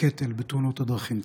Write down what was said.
בקטל בתאונות הדרכים.